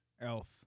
Elf